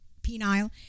penile